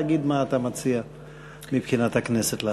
תגיד מה אתה מציע לעשות מבחינת הכנסת.